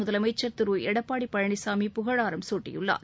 முதலமைச்சர் திரு எடப்பாடி பழனிசாமி புகழாரம் சூட்டியுள்ளார்